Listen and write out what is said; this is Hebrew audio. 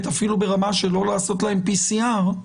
האוויר אפילו ברמה שלא לעשות להם PCR,